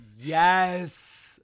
Yes